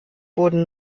wurden